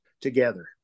together